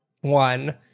one